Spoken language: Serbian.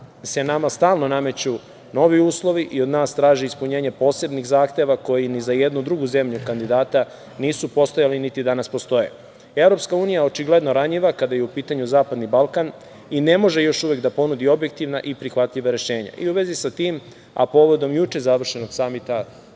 se nama stalno nameću novi uslovi i od nas traži ispunjenje posebnih zahteva koji ni za jednu drugu zemlju kandidata nisu postojali, niti danas postoje. Evropska unija je očigledno ranjiva kada je u pitanju zapadni Balkan i ne može još uvek da ponudi objektivna i prihvatljiva rešenja. U vezi sa tim, a povodom juče završenog samita